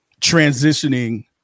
transitioning